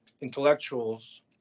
intellectuals